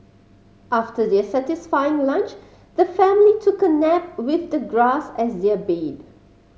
after their satisfying lunch the family took a nap with the grass as their bed